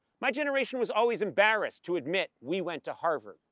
my generation was always embarrassed to admit we went to harvard,